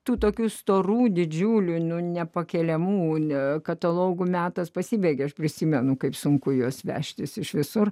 tokių storų didžiulių nepakeliamų ne katalogų metas pasibaigė aš prisimenu kaip sunku juos vežtis iš visur